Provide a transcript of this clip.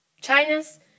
China's